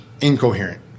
incoherent